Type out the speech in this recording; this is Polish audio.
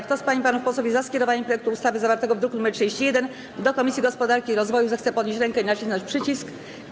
Kto z pań i panów posłów jest za skierowaniem projektu ustawy zawartego w druku nr 31 do Komisji Gospodarki i Rozwoju, zechce podnieść rękę i nacisnąć przycisk.